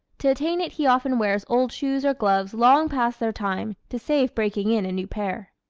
to attain it he often wears old shoes or gloves long past their time to save breaking in a new pair.